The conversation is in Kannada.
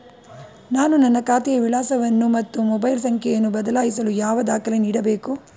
ನಾನು ನನ್ನ ಖಾತೆಯ ವಿಳಾಸವನ್ನು ಮತ್ತು ಮೊಬೈಲ್ ಸಂಖ್ಯೆಯನ್ನು ಬದಲಾಯಿಸಲು ಯಾವ ದಾಖಲೆ ನೀಡಬೇಕು?